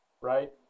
Right